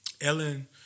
Ellen